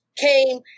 came